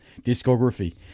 discography